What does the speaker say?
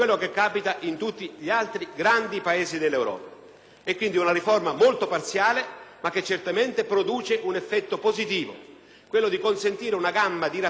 sia una riforma molto parziale, certamente produce un effetto positivo: quello di consentire una gamma di rappresentanza nel Parlamento europeo estremamente diversificata,